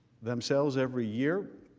themselves every year.